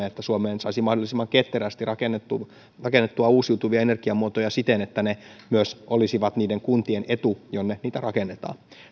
että suomeen saisi mahdollisimman ketterästi rakennettua rakennettua uusiutuvia energiamuotoja siten että ne olisivat myös niiden kuntien etu jonne niitä rakennetaan